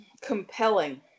Compelling